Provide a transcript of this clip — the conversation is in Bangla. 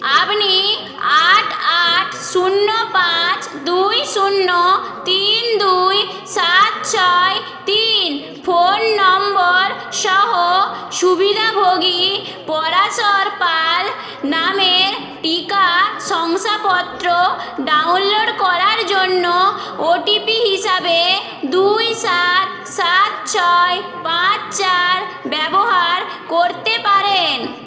আপনি আট আট শূন্য পাঁচ দুই শূন্য তিন দুই সাত ছয় তিন ফোন নম্বর সহ সুবিধাভোগী পরাশর পাল নামের টিকা শংসাপত্র ডাউনলোড করার জন্য ওটিপি হিসাবে দুই সাত সাত ছয় পাঁচ চার ব্যবহার করতে পারেন